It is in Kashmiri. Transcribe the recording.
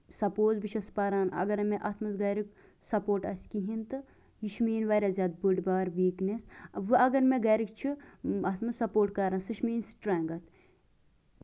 سَپوز بہٕ چھَس پَران اَگر مےٚ اَتھ منٛز گریُک سَپوٹ آسہِ کِہیٖنٛۍ تہٕ یہِ چھِ میٛٲنۍ واریاہ زیادٕ بٔڈ بارٕ ویٖکنیس وۅنۍ اَگر مےٚ گرٕکۍ چھِ اَتھ منٛز سَپوٹ کران سۄ چھِ میٛٲنۍ سٔٹرَینٛگٔتھ